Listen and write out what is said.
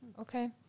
Okay